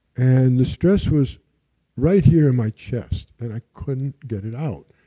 and the stress was right here in my chest, and i couldn't get it out.